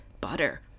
butter